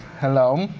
hello,